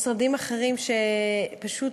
משרדים אחרים, פשוט